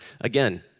again